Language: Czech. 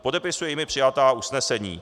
Podepisuje jimi přijatá usnesení.